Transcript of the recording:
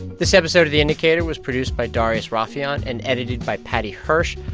this episode of the indicator was produced by darius rafieyan and edited by paddy hirsch.